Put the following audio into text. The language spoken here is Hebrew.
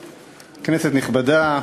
תודה, כנסת נכבדה,